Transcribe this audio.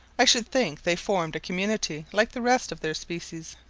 i should think they formed a community like the rest of their species.